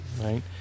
Right